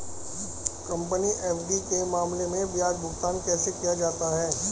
Company FD के मामले में ब्याज भुगतान कैसे किया जाता है?